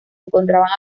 encontraban